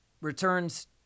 returns